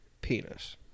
penis